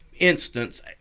instance